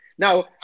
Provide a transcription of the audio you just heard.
Now